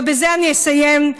ובזה אני אסיים,